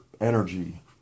energy